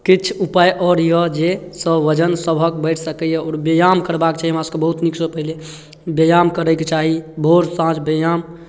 किछ उपाय आओर यए जाहिसँ वजन सभक बढ़ि सकैए आओर व्यायाम करबाक छै हमरासभके बहुत नीकसँ पहिले व्यायाम करैके चाही भोर साँझ व्यायाम